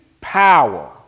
power